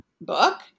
book